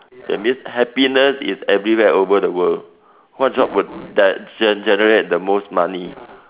that means happiness is everywhere over the world what job would gen~ generate the most money